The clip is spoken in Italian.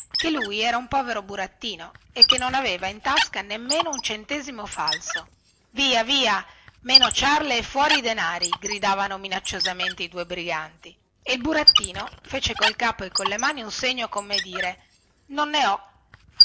che lui era un povero burattino e che non aveva in tasca nemmeno un centesimo falso via via meno ciarle e fuori i denari gridavano minacciosamente i due briganti e il burattino fece col capo e colle mani un segno come dire non ne ho